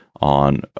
on